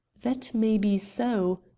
that may be so,